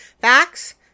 facts